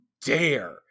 dare